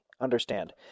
understand